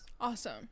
Awesome